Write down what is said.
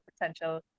potential